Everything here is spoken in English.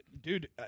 dude